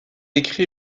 écrit